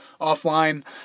offline